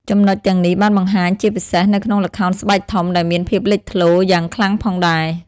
ចំណុចទាំងនេះបានបង្ហាញជាពិសេសនៅក្នុងល្ខោនស្បែកធំដែលមានភាពលេចធ្លោយ៉ាងខ្លាំងផងដែរ ។